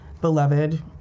Beloved